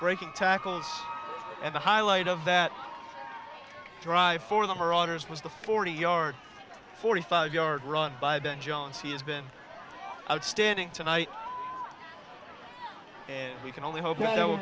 breaking tackles and the highlight of that drive for the marauders was the forty yard forty five yard run by the jones he has been outstanding tonight and we can only hope that it will